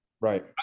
Right